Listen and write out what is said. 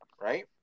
right